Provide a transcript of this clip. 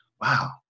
Wow